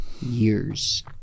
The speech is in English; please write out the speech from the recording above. Years